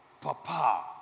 Papa